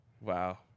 Wow